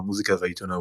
המוזיקה והעיתונאות.